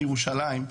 לירושלים,